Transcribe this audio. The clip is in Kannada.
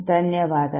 ಧನ್ಯವಾದಗಳು